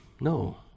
No